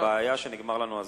הבעיה היא שנגמר לנו הזמן.